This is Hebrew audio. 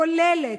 כוללת.